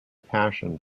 passion